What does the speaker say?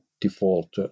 default